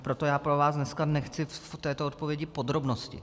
Proto já po vás dneska nechci v této odpovědi podrobnosti.